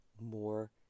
more